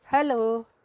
Hello